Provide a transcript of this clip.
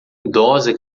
idosa